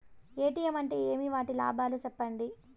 ATM అంటే ఏమి? వాటి లాభాలు సెప్పండి?